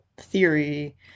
theory